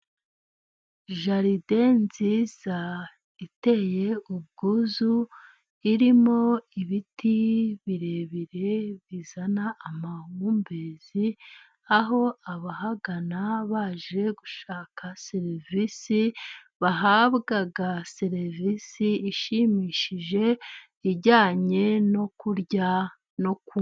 Jaride nziza iteye ubwuzu, irimo ibiti birebire bizana amahumbezi, aho abahagana baje gushaka serivisi, bahabwa serivisi ishimishije ijyanye no kurya no kunywa.